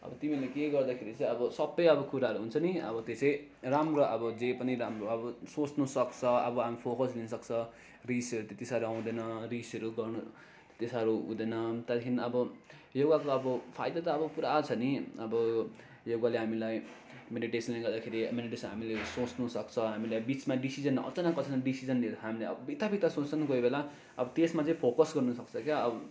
अब तिमीले केही गर्दाखेरि चाहिँ अब सबै अब कुराहरू हुन्छ नि अब त्यो चाहिँ राम्रो अब जे पनि राम्रो अब सोच्नु सक्छ अब हामी फोकस दिनु सक्छ रिसहरू त्यति साह्रो आउँदैन रिसहरू गर्नु त्यति साह्रो हुँदैन त्यहाँदेखि अब योगाको अब फाइदा त अब पुरा छ नि अब योगाले हामीलाई मेडिटेसनले गर्दाखेरि मेडिटेसन हामीले सोच्नु सक्छ हामीलाई बिचमा डिसिसन अचानक अचानक डिसिसन लिँदा हामीलाई अब बित्था बित्था सोच्छ नि कोई बेला अब त्यसमा चाहिँ फोकस गर्नु सक्छ क्या अब